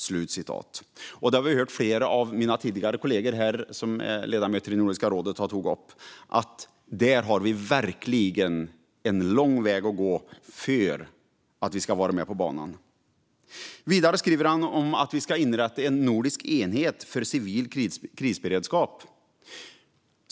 Som flera av mina kollegor som är ledamöter i Nordiska rådet har tagit upp har vi lång väg att gå innan vi är på banan här. Vidare skriver Enestam att vi ska inrätta en nordisk enhet för civil krisberedskap.